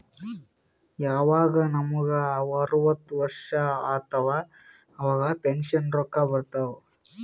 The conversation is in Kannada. ಯವಾಗ್ ನಮುಗ ಅರ್ವತ್ ವರ್ಷ ಆತ್ತವ್ ಅವಾಗ್ ಪೆನ್ಷನ್ ರೊಕ್ಕಾ ಬರ್ತಾವ್